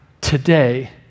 today